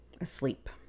asleep